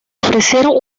ofrecieron